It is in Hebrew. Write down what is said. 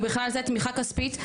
ובכלל זה תמיכה כספית,